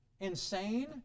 insane